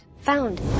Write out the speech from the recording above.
Found